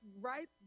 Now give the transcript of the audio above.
right